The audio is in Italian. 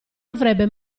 avrebbe